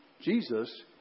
Jesus